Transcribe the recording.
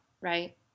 right